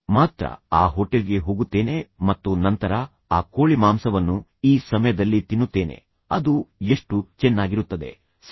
ಮಾತ್ರ ಆ ಹೋಟೆಲ್ಗೆ ಹೋಗುತ್ತೇನೆ ಮತ್ತು ನಂತರ ಆ ಕೋಳಿಮಾಂಸವನ್ನು ಈ ಸಮಯದಲ್ಲಿ ತಿನ್ನುತ್ತೇನೆ ಅದು ಎಷ್ಟು ಚೆನ್ನಾಗಿರುತ್ತದೆ ಸರಿ